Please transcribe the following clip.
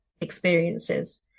experiences